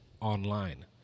online